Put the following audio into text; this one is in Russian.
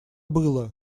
было